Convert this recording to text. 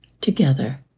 together